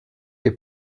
est